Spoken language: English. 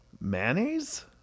Mayonnaise